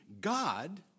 God